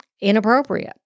inappropriate